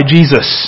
Jesus